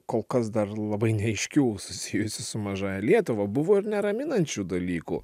kol kas dar labai neaiškių susijusi su mažąja lietuva buvo ir neraminančių dalykų